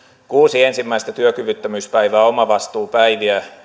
kuusi ensimmäistä työkyvyttömyyspäivää omavastuupäiviä